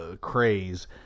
craze